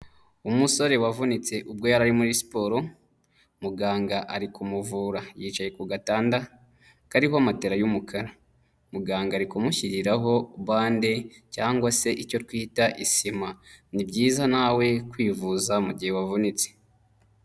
Umusore wavunitse ubwo yari ari muri siporo, muganga ari kumuvura, yicaye ku gatanda kariho matera y'umukara, muganga ari kumushyiriraho bande cyangwa se icyo twita isima, ni byiza nawe kwivuza mu gihe wavunitse.